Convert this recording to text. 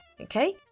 okay